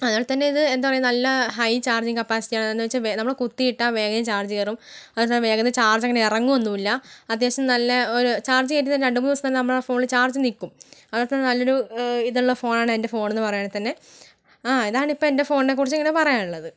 അതുപോലെത്തന്നെ ഇത് എന്താ പറയാ നല്ല ഹൈ ചാർജിങ്ങ് കപ്പാസിറ്റി ആണെന്ന് വെച്ചാൽ നമ്മൾ കുത്തിയിട്ടാൽ വേഗം ചാർജ് കയറും അങ്ങനെത്തന്നെ വേഗമൊന്ന് ചാർജ് അങ്ങനെ ഇറങ്ങുവൊന്നൂല്ല അത്യാവശ്യം നല്ല ഒരു ചാർജ് കയറ്റിയാൽ തന്നെ രണ്ട് മൂന്ന് ദിവസത്തേക്ക് നമ്മുടെ ഫോണിൽ ചാർജ് നിൽക്കും അതൊക്കെ നല്ലൊരു ഇതൊള്ള ഫോണാണ് എൻ്റെ ഫോണെന്ന് പറയുവാണെത്തന്നെ ആ ഇതണിപ്പം എൻ്റെ ഫോണിനെ കുറിച്ച് ഇങ്ങനെ പറയാനുള്ളത്